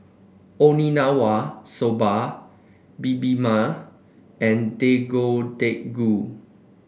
soba Bibimbap and Deodeok Gui